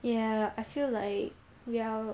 ya I feel like we're